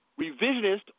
revisionist